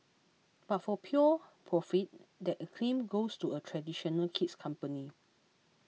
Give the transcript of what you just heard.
but for pure profit that acclaim goes to a traditional kid's company